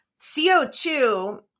CO2